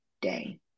day